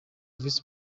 visi